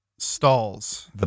stalls